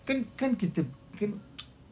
kan kan kita kan